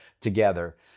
together